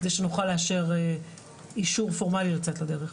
כדי שנוכל לאשר אישור פורמלי לצאת לדרך.